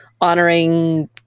honoring